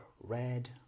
red